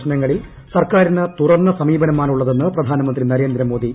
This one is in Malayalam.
പ്രശ്നങ്ങളിൽ സർക്കാരിന് തുറന്ന സമീപനമാണുള്ളതെന്ന് പ്രധാനമന്ത്രി നരേന്ദ്രമോദി